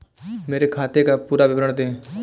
मेरे खाते का पुरा विवरण दे?